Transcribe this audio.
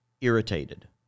irritated